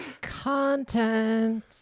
Content